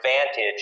advantage